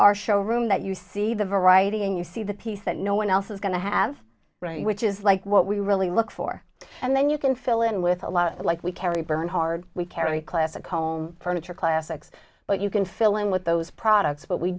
our show room that you see the variety and you see the piece that no one else is going to have right which is like what we really look for and then you can fill in with a lot like we carry bernhard we carry classic home furniture classics but you can fill in with those products but we